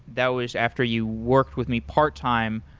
that was after you worked with me part-time,